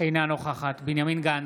אינה נוכח בנימין גנץ,